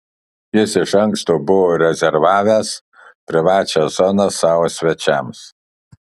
jis iš anksto buvo rezervavęs privačią zoną savo svečiams